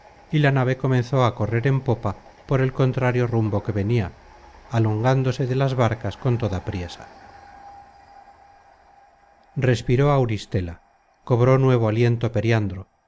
y la nave comenzó á correr en popa por el contrario rumbo que venia alongándose de las barcas con toda priesa respiró auristela cobró nuevo aliento periandro